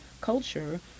culture